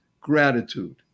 gratitude